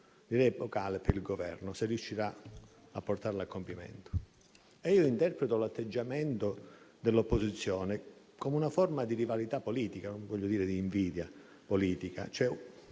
direi epocale per il Governo, se riuscirà a portarlo a compimento. Io interpreto l'atteggiamento dell'opposizione come una forma di rivalità politica, non voglio dire di invidia politica,